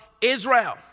Israel